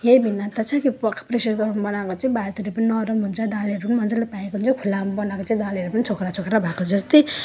यही भिन्नता छ कि पकाइ प्रेसर कुकरमा बनाएको चाहिँ भातहरू पनि नरम हुन्छ दालहरू पनि मजाले पाकेको हुन्छ खुल्लामा बनाएको दालहरू पनि छोक्रा छोक्रा भएको जस्तै